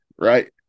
right